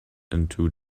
into